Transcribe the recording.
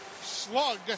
slug